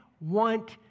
want